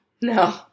no